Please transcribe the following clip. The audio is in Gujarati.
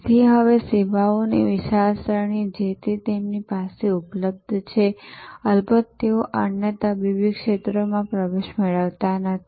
તેથી હવે સેવાઓની વિશાળ શ્રેણી છે જે તે તેમની પાસેથી ઉપલબ્ધ છે અલબત્ત તેઓ અન્ય તબીબી ક્ષેત્રોમાં પ્રવેશ મેળવતા નથી